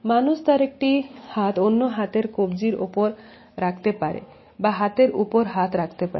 মানুষ তার একটি হাত অন্য হাতের কব্জির উপর রাখতে পারে বা হাতের উপর হাত রাখতে পারে